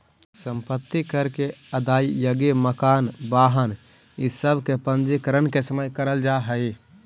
सम्पत्ति कर के अदायगी मकान, वाहन इ सब के पंजीकरण के समय करल जाऽ हई